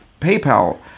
paypal